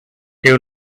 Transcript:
you